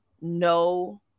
no